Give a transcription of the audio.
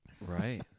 Right